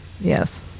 Yes